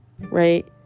Right